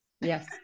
yes